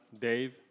Dave